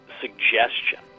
suggestion